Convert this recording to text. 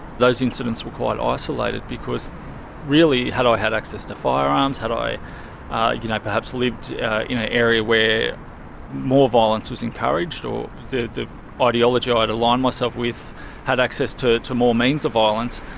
those incidents were quite ah isolated because really, had i had access to firearms, had i you know i perhaps lived in an area where more violence was encouraged or the the ah ideology ah i'd aligned myself with had access to to more means of violence,